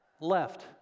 left